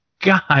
God